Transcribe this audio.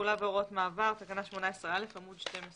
תחולה והוראות מעבר תחילתן של תקנות אלה שלושה